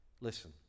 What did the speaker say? Listen